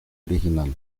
original